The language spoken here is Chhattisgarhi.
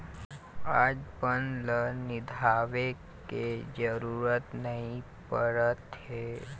आज बन ल निंदवाए के जरूरत नइ परत हे